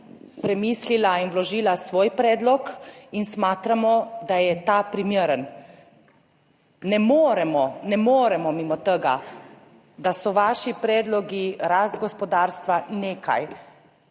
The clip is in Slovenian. premislila in vložila svoj predlog in menimo, da je ta primeren. Ne moremo, ne moremo mimo tega, da so vaši predlogi, rast gospodarstva nekaj.